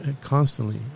constantly